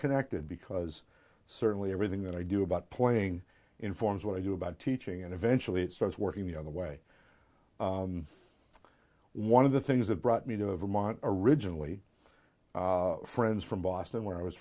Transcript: connected because certainly everything that i do about playing informs what i do about teaching and eventually it starts working the other way one of the things that brought me to vermont originally friends from boston where i was